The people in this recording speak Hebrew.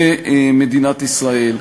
למדינת ישראל.